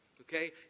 Okay